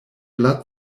blood